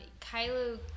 Kylo